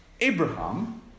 Abraham